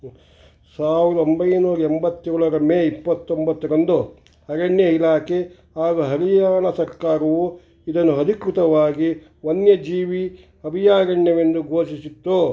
ಸಾವಿರದ ಒಂಬೈನೂರ ಎಂಬತ್ತೇಳರ ಮೇ ಇಪ್ಪತ್ತೊಂಬತ್ತರಂದು ಅರಣ್ಯ ಇಲಾಖೆ ಹಾಗೂ ಹರಿಯಾಣ ಸರ್ಕಾರವು ಇದನ್ನು ಅಧಿಕೃತವಾಗಿ ವನ್ಯಜೀವಿ ಅಭಯಾರಣ್ಯವೆಂದು ಘೋಷಿಸಿತ್ತು